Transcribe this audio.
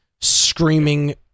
screaming